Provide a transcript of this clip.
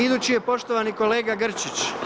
Idući je poštovani kolega Grčić.